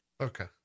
Okay